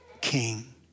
king